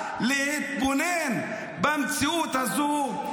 אסור לתת לו לדבר, זה תומך טרור.